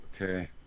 okay